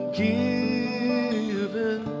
given